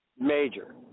Major